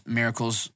miracles